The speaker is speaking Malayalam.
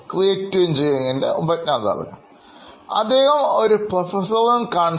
Arnold വ്യക്തിയാണ് ഇതിൻറെ ഉപജ്ഞാതാവ്